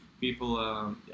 people